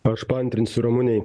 aš paantrinsiu ramunei